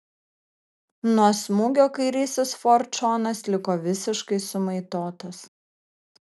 nuo smūgio kairysis ford šonas liko visiškai sumaitotas